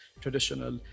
traditional